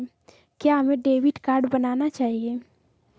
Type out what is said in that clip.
क्या हमें debit card बनाना चाहिए?